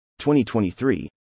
2023